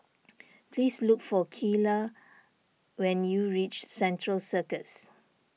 please look for Keila when you reach Central Circus